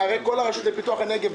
הרי כל הרשות לפיתוח הנגב,